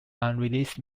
unreleased